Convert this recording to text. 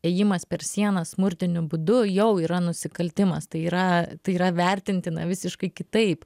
ėjimas per sieną smurtiniu būdu jau yra nusikaltimas tai yra tai yra vertintina visiškai kitaip